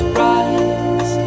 rise